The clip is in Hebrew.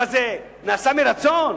מה, זה נעשה מרצון?